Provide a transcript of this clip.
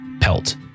pelt